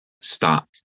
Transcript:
stop